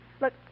Look